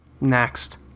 Next